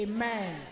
Amen